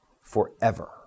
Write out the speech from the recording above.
forever